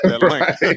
Right